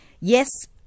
yes